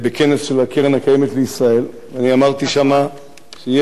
אני אמרתי שם שיש קרן קיימת לישראל ויש קרן אחרת